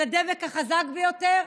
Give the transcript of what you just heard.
של הדבק החזק ביותר?